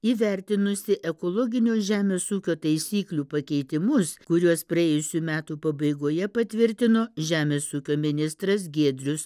įvertinusi ekologinio žemės ūkio taisyklių pakeitimus kuriuos praėjusių metų pabaigoje patvirtino žemės ūkio ministras giedrius